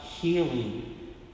Healing